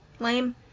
lame